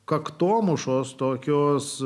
kaktomušom tokios